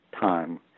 time